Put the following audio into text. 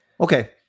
Okay